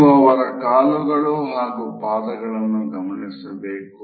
ನೀವು ಅವರ ಕಾಲುಗಳು ಹಾಗು ಪಾದಗಳನ್ನು ಗಮನಿಸಬೇಕು